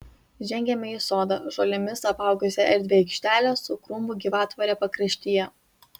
žengėme į sodą žolėmis apaugusią erdvią aikštelę su krūmų gyvatvore pakraštyje